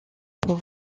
pour